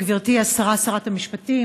גברתי שרת המשפטים,